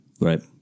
Right